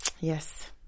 yes